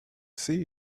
see